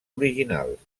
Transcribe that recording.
originals